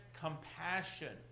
compassion